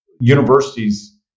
Universities